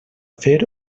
fer